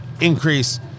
increase